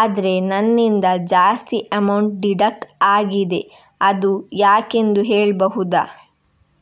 ಆದ್ರೆ ನನ್ನಿಂದ ಜಾಸ್ತಿ ಅಮೌಂಟ್ ಡಿಡಕ್ಟ್ ಆಗಿದೆ ಅದು ಯಾಕೆಂದು ಹೇಳ್ಬಹುದಾ?